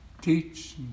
teach